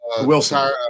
Wilson